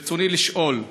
ברצוני לשאול: